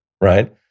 right